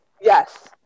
Yes